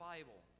Bible